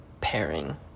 pairing